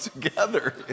together